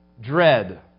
dread